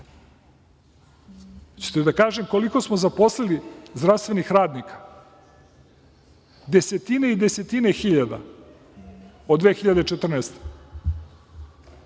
Hoćete da kažem koliko smo zaposlili zdravstvenih radnika? Desetine i desetine hiljada, od 2014.